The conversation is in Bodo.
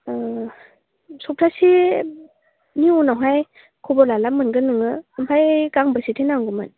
सबथासेनि उनावहाय खबर लाला मोनगोन नोङो ओमफ्राय गांबेसेथो नांगौमोन